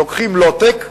לוקחים low-tech,